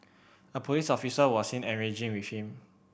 a police officer was seen engaging with him